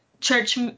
church